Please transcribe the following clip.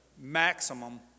maximum